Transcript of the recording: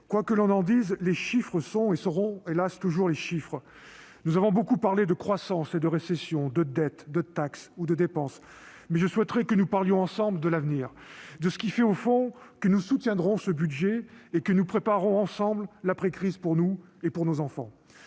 Quoi que l'on en dise, les chiffres sont et seront- hélas ! -toujours les chiffres. Nous avons beaucoup parlé de croissance et de récession, de dette, de taxes ou de dépenses, mais je souhaiterais que nous parlions ensemble de l'avenir. De ce qui fait, au fond, que nous soutiendrons ce budget et que nous préparerons ensemble l'après-crise pour nous et pour nos enfants.